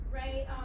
right